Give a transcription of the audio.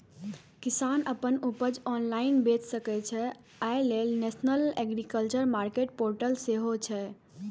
किसान अपन उपज ऑनलाइन बेच सकै, अय लेल नेशनल एग्रीकल्चर मार्केट पोर्टल सेहो छै